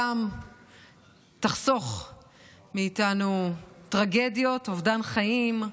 ושפעולתם תחסוך מאיתנו טרגדיות, אובדן חיים,